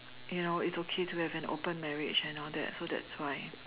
you know it's okay to have an open marriage and all that so that's why